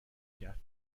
کرد